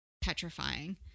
petrifying